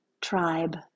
tribe